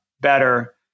better